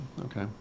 Okay